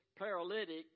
paralytic